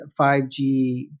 5G